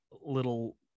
little